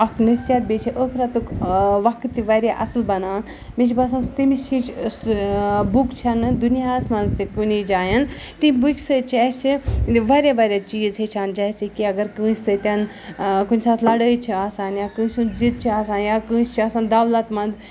اَکھ نصیٖحت بیٚیہِ چھِ ٲخرَتُک وَقت تہِ واریاہ اَصٕل بَنان مےٚ چھِ باسان تمِچ ہِش بُک چھَنہٕ دُنیاہَس مںٛز تہِ کُنی جایَن تٔمۍ بُکہِ سۭتۍ چھِ اَسہِ واریاہ واریاہ چیٖز ہیٚچھان جیسے کہِ اگر کٲنٛسہِ سۭتۍ کُنہِ ساتہٕ لَڑٲے چھِ آسان یا کٲنٛسہِ ہُنٛد زِد چھِ آسان یا کٲنٛسہِ چھِ آسان دَولت منٛد